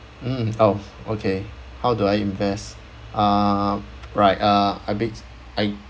mm how okay how do I invest uh right uh I ba~ I